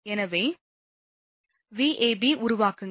எனவே Vab உருவாக்குங்கள்